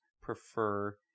prefer